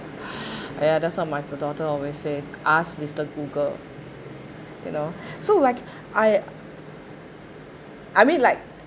ya that's why my daughter always say asked mister google you know so like I I mean like